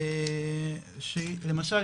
למשל,